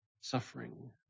suffering